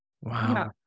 Wow